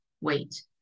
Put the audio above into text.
wait